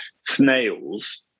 snails